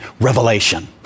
revelation